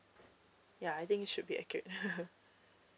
ya I think it should be accurate